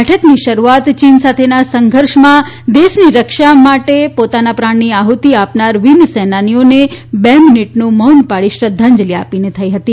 બેઠકની શરૂઆત ચીન સાથેના સંઘર્ષમાં દેશની રક્ષા માટે પોતાના પ્રાણની આહુતિ આપનારા વીર સેનાનીઓને બે મિનીટનું મૌન પાળી શ્રદ્ધાંજલિ આપીને થઇ હતી